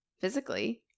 physically